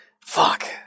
Fuck